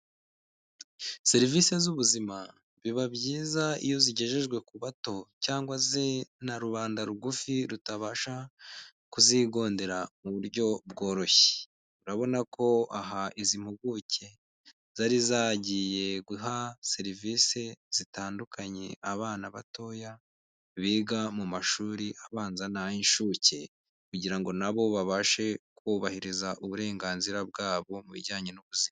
Serivisi z'ubuzima, biba byiza iyo zigejejwe ku bato, cyangwa na rubanda rugufi rutabasha kuzigodera mu buryo bworoshye, urabona ko aha izi mpuguke, zari zagiye guha serivisi zitandukanye abana batoya, biga mu mashuri abanza, n'ay'inshuke, kugira ngo nabo babashe kubahiriza uburenganzira bwabo, mu bijyanye n'ubuzima